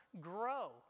grow